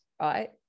right